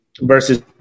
versus